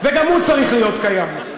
וגם הוא צריך להיות קיים.